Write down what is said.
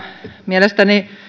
mielestäni